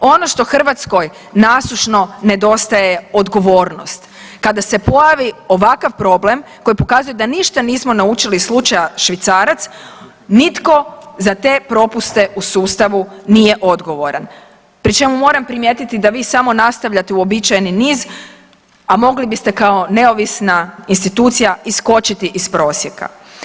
Ono što Hrvatskoj nasušno nedostaje je odgovornost, kada se pojavi ovakav problem koji pokazuje da ništa nismo naučili iz slučaja švicarac nitko za te propuste u sustavu nije odgovoran, pri čemu moram primijetiti da vi samo nastavljate uobičajeni niz, a mogli biste kao neovisna institucija iskočiti iz prosjeka.